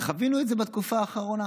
וחווינו את זה בתקופה האחרונה,